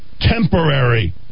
temporary